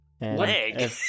Leg